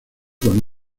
con